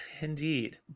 indeed